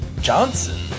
Johnson